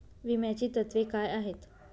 विम्याची तत्वे काय आहेत?